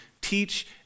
teach